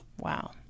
Wow